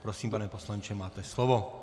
Prosím, pane poslanče, máte slovo.